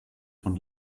von